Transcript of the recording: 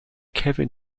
kevin